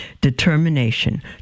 determination